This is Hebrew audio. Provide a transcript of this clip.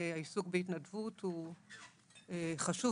העיסוק בהתנדבות הוא חשוב,